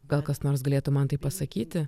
gal kas nors galėtų man tai pasakyti